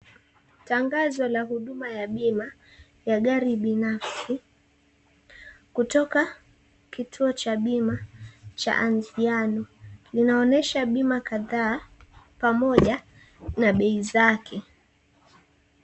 Tangazo la gari la bima la gari binafsi kutoka Anziano linaonyesha bima kadhaa pamoja na bei zake.